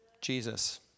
Jesus